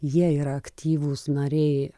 jie yra aktyvūs nariai